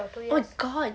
oh god